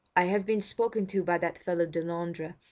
i have been spoken to by that fellow delandre,